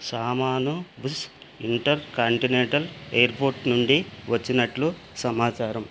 సామాను Bush intercontinental airport నుండి వచ్చినట్లు సమాచారం